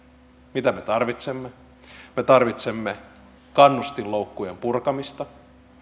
mitä me tarvitsemme me tarvitsemme kannustinloukkujen purkamista